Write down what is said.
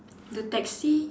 the taxi